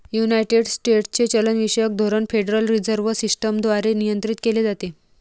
United स्टेट्सचे चलनविषयक धोरण फेडरल रिझर्व्ह सिस्टम द्वारे नियंत्रित केले जाते